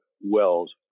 wells